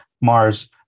mars